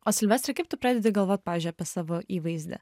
o silvestrai kaip tu pradedi galvot pavyzdžiui apie savo įvaizdį